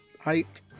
height